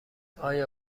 آیا